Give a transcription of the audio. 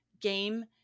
game